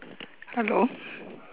hello